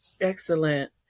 Excellent